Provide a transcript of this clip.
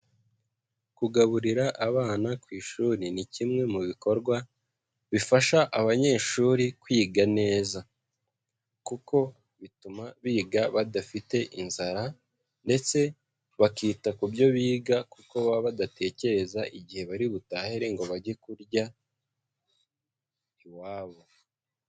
Kugaburira abana ku ishuri ni kimwe mu bikorwa bifasha abanyeshuri kwiga neza. Kuko bituma biga badafite inzara ndetse bakita ku byo biga kuko baba badatekereza igihe bari butahire ngo bajye kurya iwabo.